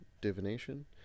divination